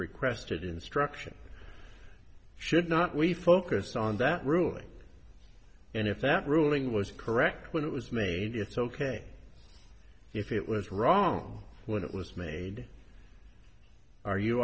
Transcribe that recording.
requested instruction should not we focused on that ruling and if that ruling was correct when it was media so ok if it was wrong when it was made are you